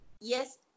yes